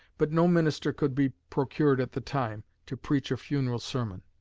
but no minister could be procured at the time to preach a funeral sermon.